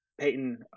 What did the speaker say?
peyton